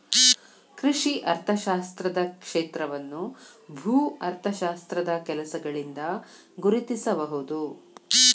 ಕೃಷಿ ಅರ್ಥಶಾಸ್ತ್ರದ ಕ್ಷೇತ್ರವನ್ನು ಭೂ ಅರ್ಥಶಾಸ್ತ್ರದ ಕೆಲಸಗಳಿಂದ ಗುರುತಿಸಬಹುದು